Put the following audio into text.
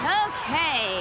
okay